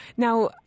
Now